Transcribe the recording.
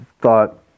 thought